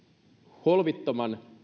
holtittoman